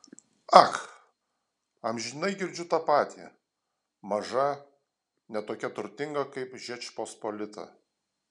ak amžinai girdžiu tą patį maža ne tokia turtinga kaip žečpospolita